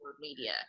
media